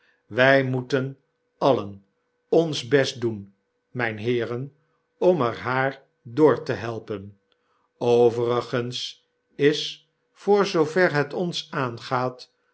wij moeten alien ons best doen mijnheeren om er haar door te helpen overigens is voor zoover het ons aangaat